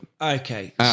Okay